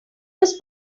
was